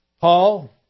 Paul